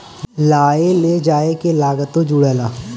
लाए ले जाए के लागतो जुड़ाला